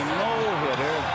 no-hitter